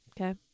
okay